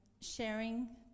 sharing